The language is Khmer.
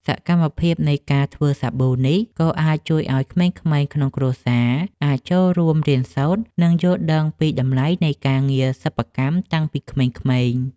សកម្មភាពនៃការធ្វើសាប៊ូនេះ ក៏អាចជួយឱ្យក្មេងៗក្នុងគ្រួសារអាចចូលរួមរៀនសូត្រ និងយល់ដឹងពីតម្លៃនៃការងារសិប្បកម្មតាំងពីក្មេងៗ។